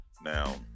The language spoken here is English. Now